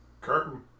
Curtain